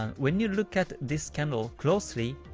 um when you look at this candle closely,